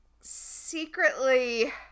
secretly